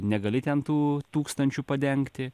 negali ten tų tūkstančių padengti